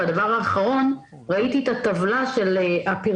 והדבר האחרון: ראיתי את הטבלה של הפרסומים.